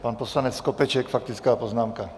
Pan poslanec Skopeček, faktická poznámka.